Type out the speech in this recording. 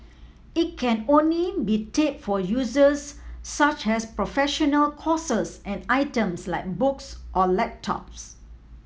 it can only be tap for uses such as professional courses and items like books or laptops